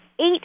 eight